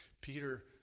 Peter